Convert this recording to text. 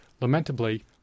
Lamentably